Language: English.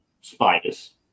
spiders